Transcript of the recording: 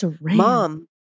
mom